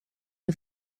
the